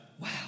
Wow